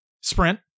Sprint